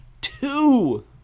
two